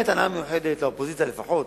לאופוזיציה לפחות,